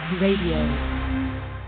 RADIO